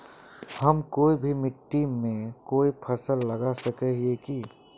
हम कोई भी मिट्टी में कोई फसल लगा सके हिये की?